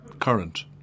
current